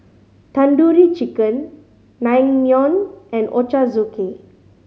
Tandoori Chicken Naengmyeon and Ochazuke